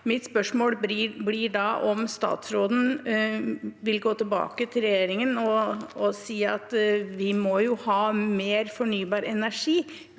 Mitt spørsmål blir da om statsråden vil gå tilbake til regjeringen og si at vi må ha mer fornybar energi